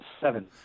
Seven